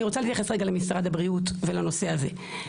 אני רוצה להתייחס רגע למשרד הבריאות ולנושא הזה.